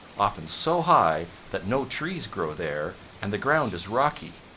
often so high that no trees grow there and the ground is rocky.